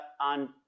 on